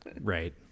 right